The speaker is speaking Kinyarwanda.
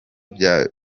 bya